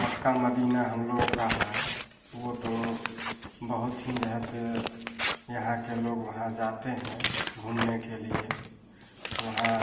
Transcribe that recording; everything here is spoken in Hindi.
मक्का मदीना हम लोगों का है वो तो बहुत हीं जे है से यहाँ के लोग वहाँ जाते हैं घूमने के लिए वहाँ